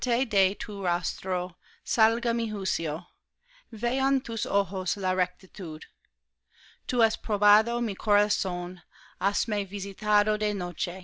salga mi juicio vean tus ojos la rectitud tú has probado mi corazón